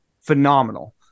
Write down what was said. phenomenal